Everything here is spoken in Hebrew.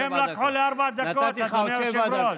הם לקחו לי ארבע דקות, אדוני היושב-ראש.